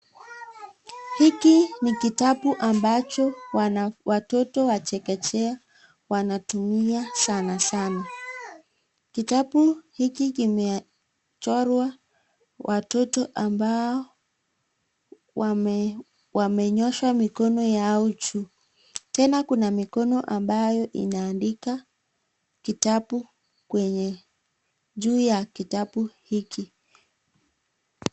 Hiki ni kitabu ambacho watoto wa chekechea wanatumia sanasana. Kitabu hiki kimechorwa watoto ambao wamenyosha mikono yao juu. Tena Kuna mikono ambayo inaandika kitabu, juu ya kitabu hiki.